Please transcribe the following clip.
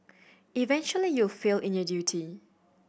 eventually you will fail in your duty